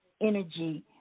energy